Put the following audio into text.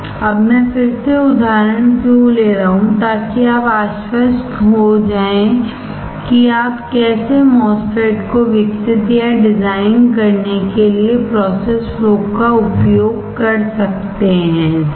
अब मैं फिर से उदाहरण क्यों ले रहा हूं ताकि आप आश्वस्त हो जाए रहें कि आप कैसे MOSFET को विकसित या डिजाइन करने के लिए प्रोसेस फ्लो का उपयोग कर सकते हैं सही